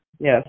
Yes